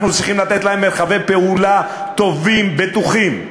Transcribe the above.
אנחנו צריכים לתת להם מרחבי פעולה טובים, בטוחים,